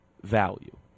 value